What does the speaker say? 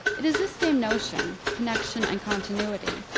it is this same notion, connection and continuity,